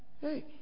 Hey